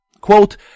Quote